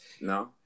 No